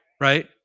right